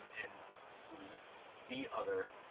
and uses the other,